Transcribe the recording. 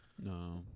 no